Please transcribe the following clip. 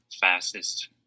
fastest